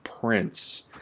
Prince